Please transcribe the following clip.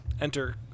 enter